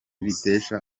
bitesha